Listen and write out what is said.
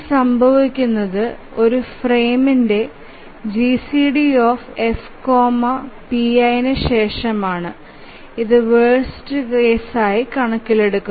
ഇതു സംഭവിക്കുന്നത് ഒരു ഫ്രെയിമിന്റെ GCD F pi ന് ശേഷമാണ് ഇത് വേർസ്റ് കേസ് ആണ്